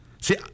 See